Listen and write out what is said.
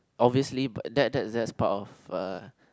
obviously but that's that's that's part of uh